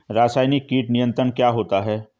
रसायनिक कीट नियंत्रण क्या होता है?